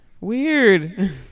Weird